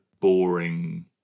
boring